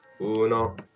Uno